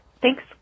Thanks